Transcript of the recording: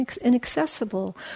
inaccessible